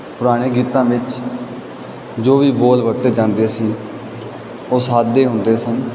ਪੁਰਾਣੇ ਗੀਤਾਂ ਵਿੱਚ ਜੋ ਵੀ ਬੋਲ ਵਰਤੇ ਜਾਂਦੇ ਸੀ ਉਹ ਸਾਦੇ ਹੁੰਦੇ ਸਨ